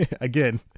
again